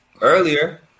Earlier